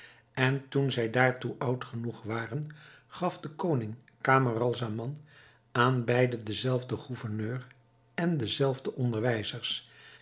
en toen zij daartoe oud genoeg waren gaf de koning camaralzaman aan beiden den zelfden gouverneur en de zelfde onderwijzers